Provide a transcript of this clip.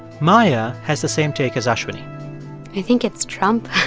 maia has the same take as ashwini i think it's trump.